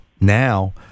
now